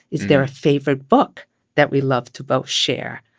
is there a favorite book that we love to both share?